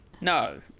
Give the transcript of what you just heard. No